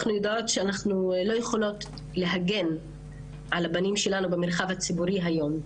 אנחנו יודעות שאנחנו לא יכולות להגן על הבנים שלנו במרחב הציבורי היום,